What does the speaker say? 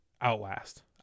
Outlast